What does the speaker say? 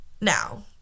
now